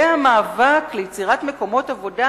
זה המאבק ליצירת מקומות עבודה,